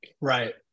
Right